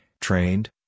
trained